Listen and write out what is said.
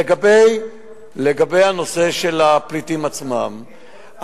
לגבי הנושא של הפליטים עצמם,